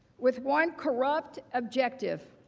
with one corrupt objective,